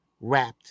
Wrapped